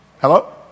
Hello